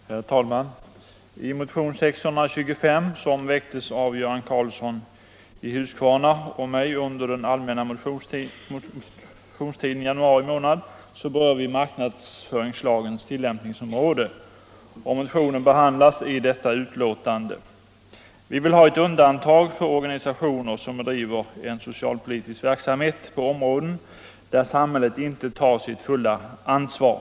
Herr talman! I motionen 1975:625, som väcktes av herr Karlsson i Huskvarna och mig under den allmänna motionstiden i år, berör vi marknadsföringslagens tillämpningsområde. Den motionen behandlas i det nu förevarande betänkande, nr 14. Vi vill ha ett undantag för organisationer som bedriver en socialpolitisk verksamhet på området där samhället inte tar sitt fulla ansvar.